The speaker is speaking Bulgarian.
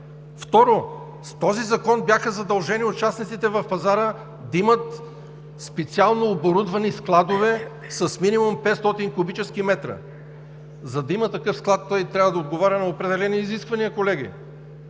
Второ, с този закон бяха задължени участниците в пазара да имат специално оборудвани складове с минимум 500 куб. м. За да има такъв склад, той трябва да отговаря на определени изисквания, колеги